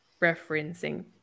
referencing